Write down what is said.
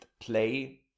play